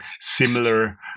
similar